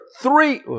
three